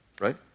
right